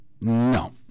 no